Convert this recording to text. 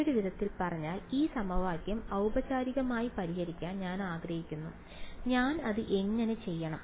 മറ്റൊരു വിധത്തിൽ പറഞ്ഞാൽ ഈ സമവാക്യം ഔപചാരികമായി പരിഹരിക്കാൻ ഞാൻ ആഗ്രഹിക്കുന്നു ഞാൻ അത് എങ്ങനെ ചെയ്യണം